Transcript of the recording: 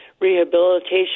rehabilitation